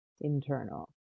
internal